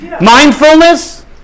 Mindfulness